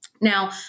Now